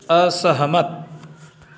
असहमत